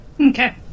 Okay